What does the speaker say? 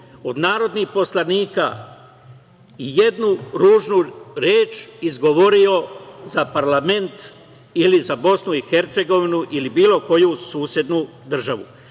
od narodnih poslanika i jednu ružnu reč izgovorio za parlament ili za BiH ili bilo koju susednu državu?